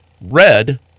red